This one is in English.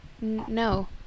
No